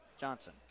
Johnson